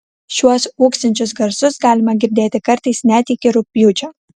šiuos ūksinčius garsus galima girdėti kartais net iki rugpjūčio